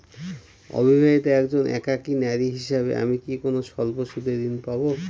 অবিবাহিতা একজন একাকী নারী হিসেবে আমি কি কোনো স্বল্প সুদের ঋণ পাব?